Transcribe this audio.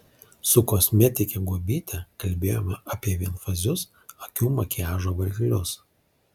su kosmetike guobyte kalbėjome apie vienfazius akių makiažo valiklius